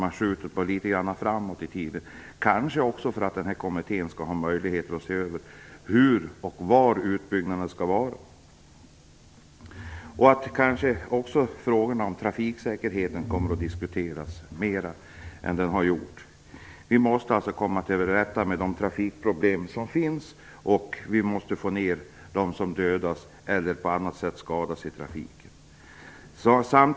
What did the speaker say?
Man skjuter dem litet framåt i tiden, kanske därför att kommittén skall ha möjlighet att se över hur och var utbyggnaderna skall ske. Frågorna om trafiksäkerheten kommer kanske också att diskuteras mer än som hittills varit fallet. Vi måste alltså komma till rätta med de trafikproblem som finns. Dessutom måste vi få ned antalet dödade och skadade i trafiken.